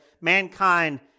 mankind